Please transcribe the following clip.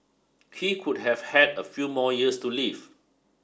he could have had a few more years to live